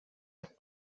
jak